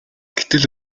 гэтэл